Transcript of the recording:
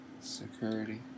Security